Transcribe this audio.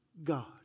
God